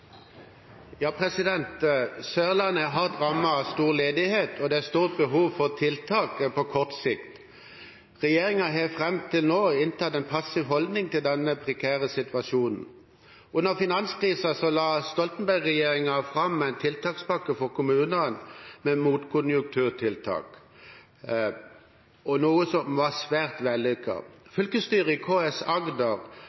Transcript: av stor ledighet, og det er stort behov for tiltak på kort sikt. Regjeringen har fram til nå inntatt en passiv holdning til denne prekære situasjonen. Under finanskrisen la Stoltenberg-regjeringen fram en tiltakspakke for kommunene med motkonjunkturtiltak, noe som var svært vellykket. Fylkesstyret i KS Agder, som nå er